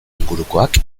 ingurukoak